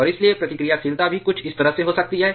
और इसलिए प्रतिक्रियाशीलता भी कुछ इस तरह से हो सकती है